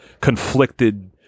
conflicted